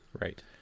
Right